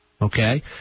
okay